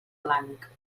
blanc